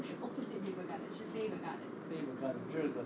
不是 opposite faber garden 是 faber garden